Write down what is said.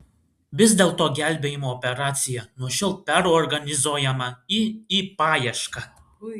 vis dėlto gelbėjimo operacija nuo šiol perorganizuojama į į paiešką